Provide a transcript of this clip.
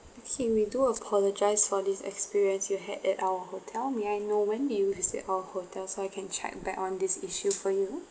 okay we do apologise for this experience you had at our hotel may I know when did you visit our hotel so I can check back on this issue for you